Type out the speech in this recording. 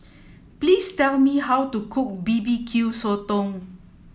please tell me how to cook B B Q sotong